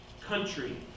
country